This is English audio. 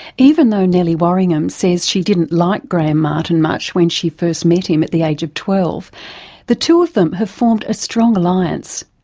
even though nellie worringham said she didn't like graham martin much when she first met him at the age of twelve the two of them have formed a strong alliance.